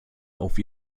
auf